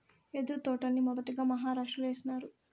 యెదురు తోటల్ని మొదటగా మహారాష్ట్రలో ఏసినారు